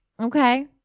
Okay